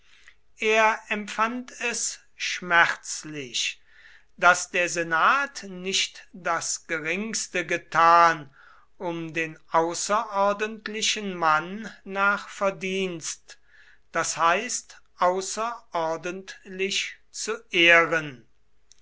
er empfand es schmerzlich daß der senat nicht das geringste getan um den außerordentlichen mann nach verdienst das heißt außerordentlich zu ehren